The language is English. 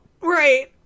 Right